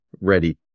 ready